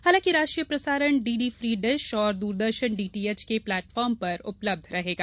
हालांकि राष्ट्रीय प्रसारण डीडी फ्री डिश और दूरदर्शन डीटीएच के प्लेटफार्म पर उपलब्ध रहेगा